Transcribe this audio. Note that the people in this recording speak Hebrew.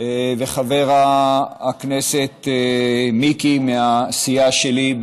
וחבר הכנסת מיקי, מהסיעה שלי.